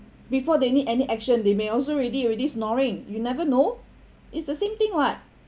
before they need any action they may also ready already snoring you never know it's the same thing what